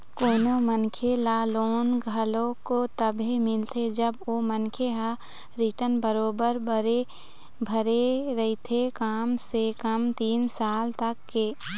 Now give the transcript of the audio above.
कोनो मनखे ल लोन घलोक तभे मिलथे जब ओ मनखे ह रिर्टन बरोबर भरे रहिथे कम से कम तीन साल तक के